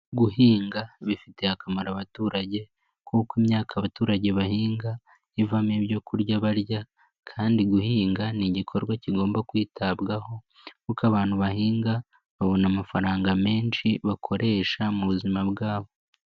Guhinga bifitiye akamaro abaturage kuko imyaka abaturage bahinga ivamo ibyo kurya barya kandi guhinga ni igikorwa kigomba kwitabwaho kuko abantu bahinga babona amafaranga menshi bakoresha mu buzima bwabo.